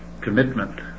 commitment